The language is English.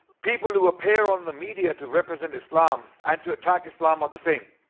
people who appear on the media to represent islam and to attack islam are the same.